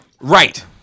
Right